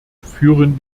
führen